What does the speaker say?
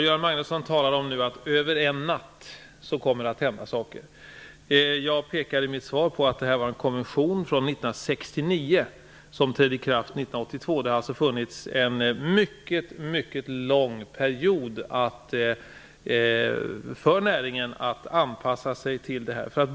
Herr talman! Göran Magnusson säger att det kommer att hända saker över en natt. Jag pekade i mitt svar på att detta gäller en konvention från 1969 som trädde i kraft 1982. Det har alltså fun nits en lång period för näringen att anpassa sig.